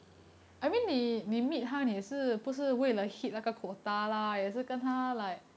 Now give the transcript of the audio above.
err okay